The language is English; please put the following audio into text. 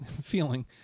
feeling